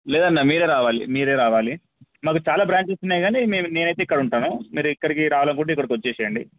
లేదన్నా మీరే రావాలి మీరే రావాలి మాకు చాలా బ్రాంచెస్ ఉన్నాయి కానీ నేను నేను అయితే ఇక్కడ ఉంటాను మీరు ఇక్కడికి రావాలనుకుంటే ఇక్కడికి వచ్చేయండి